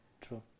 True